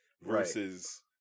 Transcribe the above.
Versus